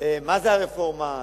מה זאת הרפורמה.